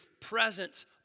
presence